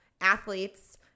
athletes